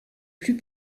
plus